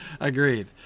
Agreed